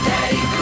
Daddy